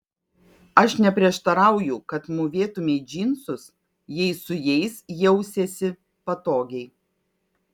aš neprieštarauju kad mūvėtumei džinsus jei su jais jausiesi patogiai